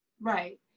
right